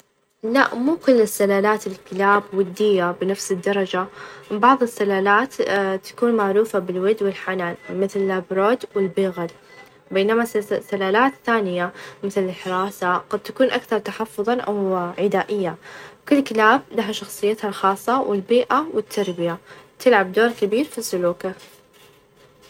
لا مو كل السلالات الكلاب ودية بنفس الدرجة، من بعض السلالات تكون معروفة بالود والحنان مثل: لابرود, والبيغرد ، بينما -سس- سلالات ثانية مثل: الحراسة قد تكون أكثر تحفظًا، أو عدائية ،كل كلاب لها شخصيتها الخاصة والبيئة ،والتربية تلعب دور كبير في سلوكه.